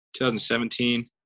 2017